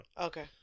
Okay